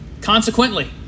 Consequently